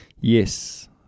Yes